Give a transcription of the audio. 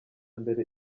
mbere